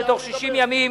ובתוך 60 ימים